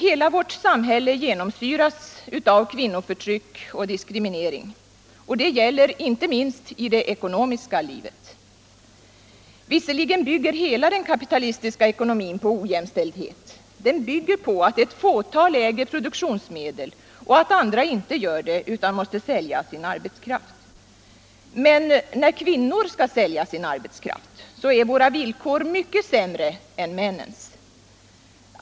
Hela vårt samhälle genomsyras av kvinnoförtryck och diskriminering. Det gäller inte minst i det ekonomiska livet. Visserligen utgör hela den kapitalistiska ekonomin ett exempel på ojämställdhet, den bygger på att ett fåtal äger produktionsmedel och att andra inte gör det utan måste sälja sin arbetskraft. Men när kvinnor skall sälja sin arbetskraft är våra villkor mycket sämre än männens.